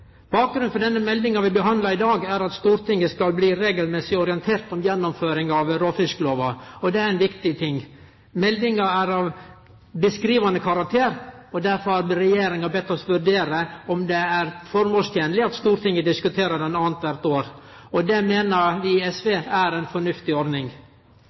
Bakgrunnen for den meldinga vi behandlar i dag, er at Stortinget skal bli regelmessig orientert om gjennomføringa av råfisklova, og det er viktig. Meldinga er av beskrivande karakter. Derfor har Regjeringa bedt oss vurdere om det er formålstenleg at Stortinget diskuterer ho annakvart år. Vi i SV meiner det er ei fornuftig ordning.